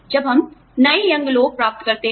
जब हम नए यंग लोग प्राप्त करते हैं